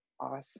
awesome